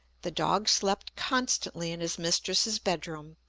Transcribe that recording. the dog slept constantly in his mistress's bed-room,